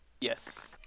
Yes